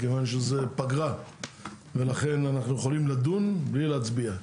כיוון שזו פגרה ולכן אנחנו יכולים לדון בלי להצביע.